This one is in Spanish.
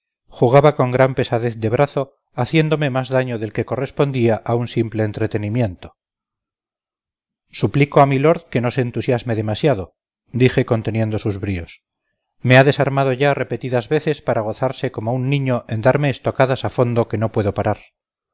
jugaba con gran pesadez de brazo haciéndome más daño del que correspondía a un simple entretenimiento suplico a milord que no se entusiasme demasiado dije conteniendo sus bríos me ha desarmado ya repetidas veces para gozarse como un niño en darme estocadas a fondo que no puedo parar